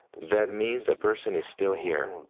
that means, a person is still here,